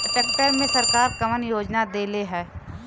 Tractor मे सरकार कवन योजना देले हैं?